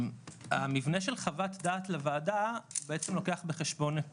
המבנה של חוות דעת לוועדה בעצם לוקח בחשבון את